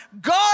God